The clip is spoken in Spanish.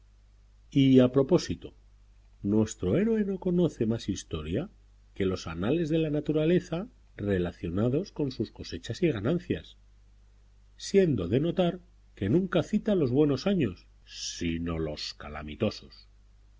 y a propósito nuestro héroe no conoce más historia que los anales de la naturaleza relacionados con sus cosechas y ganancias siendo de notar que nunca cita los buenos años sino los calamitosos